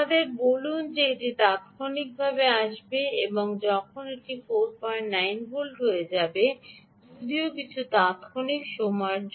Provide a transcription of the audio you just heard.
আমাদের বলুন যে এটি তাত্ক্ষণিকভাবে আসবে যখন এটি 49 ভোল্ট হয়ে যাবে যদিও কিছু তাত্ক্ষণিক সময়ে শক্তি আবার পূরণ হচ্ছে এটি 49 ভোল্ট